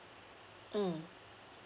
mm